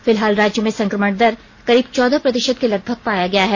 फिलहाल राज्य में संक्रमण दर करीब चौदह प्रतिशत के लगभग पाया गया है